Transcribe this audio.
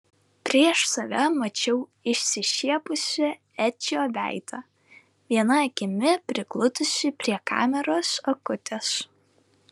prieš save mačiau išsišiepusį edžio veidą viena akimi prigludusį prie kameros akutės